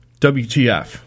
WTF